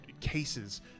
cases